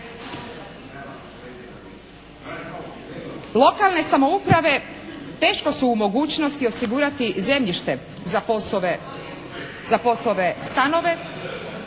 Lokalne samouprave teško su u mogućnosti osigurati zemljište za POS-ove stanove